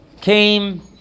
Came